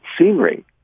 scenery